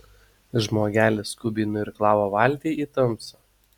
žmogelis skubiai nuirklavo valtį į tamsą